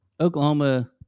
Oklahoma